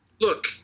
Look